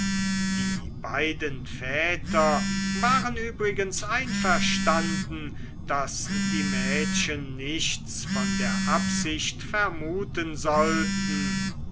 die beiden väter waren übrigens einverstanden daß die mädchen nichts von der absicht vermuten sollten